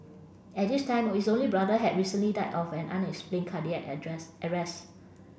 at this time his only brother had recently died of an unexplained cardiac address arrest